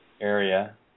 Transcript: area